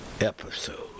episode